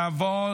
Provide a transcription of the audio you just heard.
תעבור